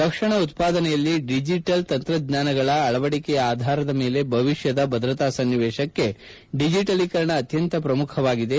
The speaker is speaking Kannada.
ರಕ್ಷಣಾ ಉತ್ವಾದನೆಯಲ್ಲಿ ಡಿಜಿಟಲ್ ತಂತ್ರಜ್ಞಾನಗಳ ಅಳವಡಿಕೆಯ ಆಧಾರದ ಮೇಲೆ ಭವಿಷ್ಯದ ಭದ್ರತಾ ಸನ್ನಿವೇಶಕ್ಕೆ ಡಿಜಿಟಲೀಕರಣ ಅತ್ಯಂತ ಪ್ರಮುಖವಾಗಿದೆ